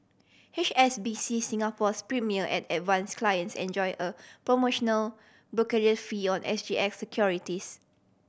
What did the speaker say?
H S B C Singapore's Premier and Advance clients enjoy a promotional brokerage fee on S G X securities